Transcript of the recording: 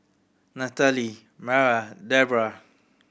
Nathaly Mara Debrah